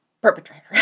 perpetrator